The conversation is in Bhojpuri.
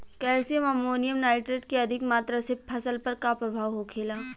कैल्शियम अमोनियम नाइट्रेट के अधिक मात्रा से फसल पर का प्रभाव होखेला?